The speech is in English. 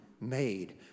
made